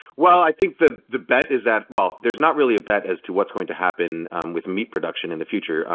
well, i think the the bet is that, well, there's not really a bet as to what's going to happen um with meat production in the future.